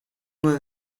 uno